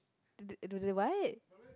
do do do they what